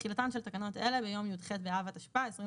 6. תחילתן של תקנות אלה ביום י"ח באב התשפ"א (27